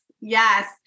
yes